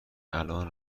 الان